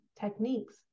techniques